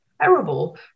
terrible